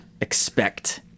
expect